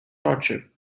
torture